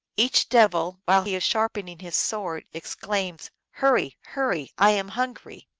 each devil, while he is sharpening his sword, exclaims, hurry! hurry! i am hungry!